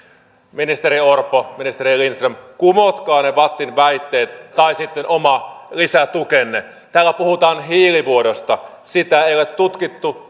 ministeri orpo ministeri lindström kumotkaa ne vattin väitteet tai sitten oma lisätukenne täällä puhutaan hiilivuodosta sitä ei ei ole tutkittu